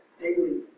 daily